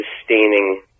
sustaining